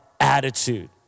attitude